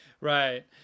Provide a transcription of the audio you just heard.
right